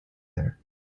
there